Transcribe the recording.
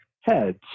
heads